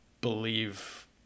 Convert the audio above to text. believe